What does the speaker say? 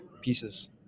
pieces